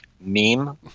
meme